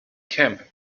camp